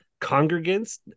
congregants